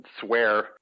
swear